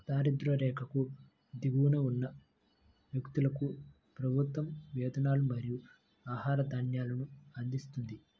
దారిద్య్ర రేఖకు దిగువన ఉన్న వ్యక్తులకు ప్రభుత్వం వేతనాలు మరియు ఆహార ధాన్యాలను అందిస్తుంది